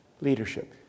leadership